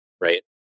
right